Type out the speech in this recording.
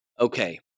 Okay